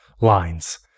lines